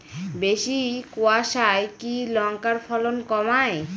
বেশি কোয়াশায় কি লঙ্কার ফলন কমায়?